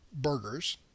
burgers